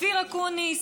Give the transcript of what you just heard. אופיר אקוניס,